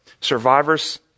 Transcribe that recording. Survivors